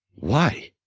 why?